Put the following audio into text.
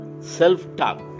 self-talk